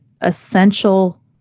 essential